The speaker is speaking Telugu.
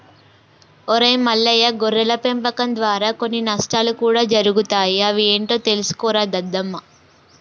ఒరై మల్లయ్య గొర్రెల పెంపకం దారా కొన్ని నష్టాలు కూడా జరుగుతాయి అవి ఏంటో తెలుసుకోరా దద్దమ్మ